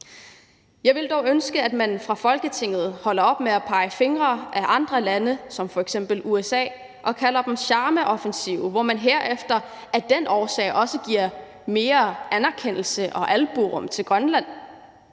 Jeg ville dog ønske, at man fra Folketinget holder op med at pege fingre ad andre lande som f.eks. USA for at være på charmeoffensiv, når man bagefter af den årsag giver mere anerkendelse og albuerum til Grønland.